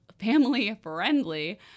family-friendly